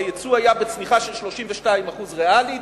היצוא היה בצניחה של 32% ריאלית.